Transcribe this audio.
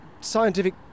scientific